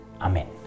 Amen